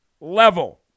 level